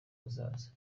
bazaza